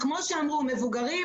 כפי שאמרו: מבוגרים